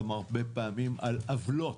גם הרבה פעמים על עוולות,